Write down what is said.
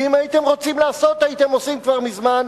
ואם הייתם רוצים לעשות הייתם עושים כבר מזמן,